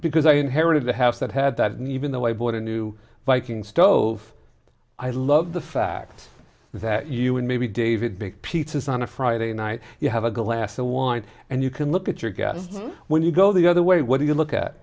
because i inherited the half that had that neve in the way bought a new viking stove i love the fact that you and maybe david buik pizzas on a friday night you have a glass of wine and you can look at your guy when you go the other way what do you look at